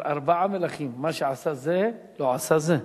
אומר: ארבעה מלכים, מה שעשה זה, לא עשה זה,